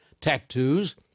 tattoos